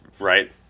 right